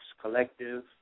Collective